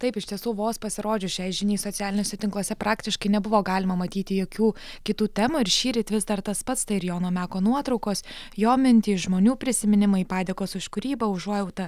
taip iš tiesų vos pasirodžius šiai žiniai socialiniuose tinkluose praktiškai nebuvo galima matyti jokių kitų temų ir šįryt vis dar tas pats tai ir jono meko nuotraukos jo mintys žmonių prisiminimai padėkos už kūrybą užuojauta